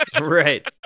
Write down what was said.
Right